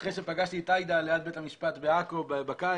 אחרי שפגשתי את עאידה ליד בית המשפט בעכו בקיץ,